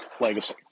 Legacy